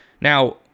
Now